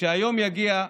כשהיום יגיע,